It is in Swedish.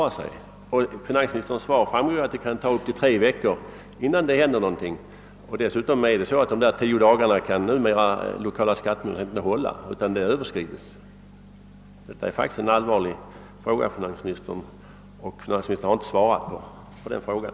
Av finansministerns svar framgår att det kan ta upp till tre veckor innan vederbörande får ut någon lön. Dessutom är det så att de lokala skattemyndigheterna numera i regel inte hinner meddela beslut inom de stipulerade tio dagarna, utan denna tid överskrids. Detta är faktiskt en allvarlig fråga, och finansministern har inte svarat på den.